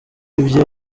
ibye